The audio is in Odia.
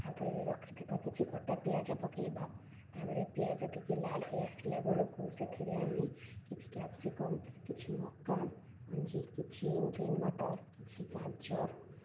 ତାପରେ ରଖିଥିବା କିଛି କଟା ପିଆଜ ପକାଇବା ତାପରେ ପିଆଜ ଟିକେ ଲାଲ ହୋଇ ଆସିଲା ବେଳକୁ ସେଥିରେ ଆମେ କିଛି କ୍ୟାପ୍ସିକମ୍ କିଛି ମକା ମଞ୍ଜି କିଛି ଗ୍ରୀନ ମଟର କିଛି ଗାଜର